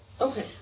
okay